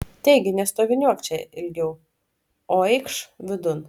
taigi nestoviniuok čia ilgiau o eikš vidun